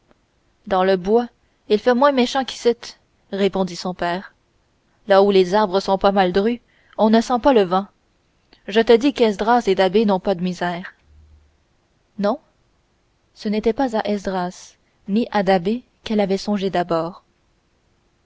dans le bois il fait moins méchant qu'icitte répondit son père là où les arbres sont pas mal drus on ne sent pas le vent je te dis qu'esdras et da'bé n'ont pas de misère non ce n'était pas à esdras ni à da'bé qu'elle avait songé d'abord